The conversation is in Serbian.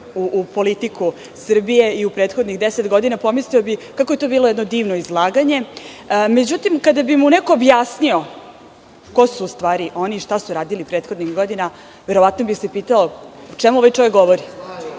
u politiku Srbije u prethodnih deset godina, pomislio kako je to bilo jedno divno izlaganje. Međutim, kada bi mu neko objasnio ko su u stvari oni i šta su radili prethodnih godina, verovatno bi se pitao o čemu ovaj čovek